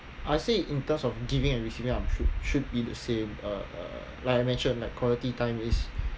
I would say in terms of giving and receiving um should should be the same uh uh like you mentioned like quality time is